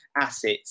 assets